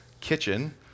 kitchen